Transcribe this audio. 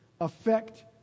affect